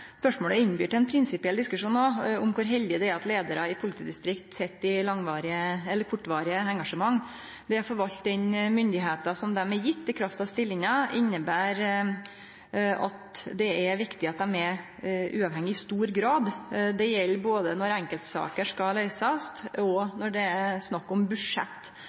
Spørsmålet innbyr til ein prinsipiell diskusjon om kor heldig det er at leiarar i politidistrikt sit i kortvarige engasjement. Det å forvalte den myndigheita dei er gjevne i kraft av stillinga, inneber at det er viktig at dei er uavhengige i stor grad. Det gjeld både når enkeltsaker skal løysast, og når det er snakk om budsjett.